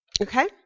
Okay